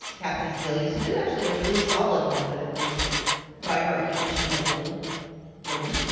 kathleen sebelius, who did actually a really solid one, but it was by her own admission a little wooden.